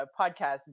podcast